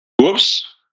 Whoops